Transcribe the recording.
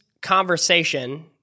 conversation